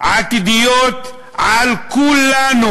עתידיות על כולנו.